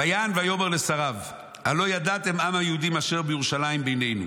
"ויען ויאמר לשריו: הלא ידעתם כי יש עם היהודים אשר בירושלים בינינו.